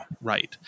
Right